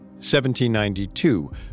1792